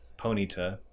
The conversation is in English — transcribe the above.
Ponyta